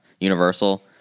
universal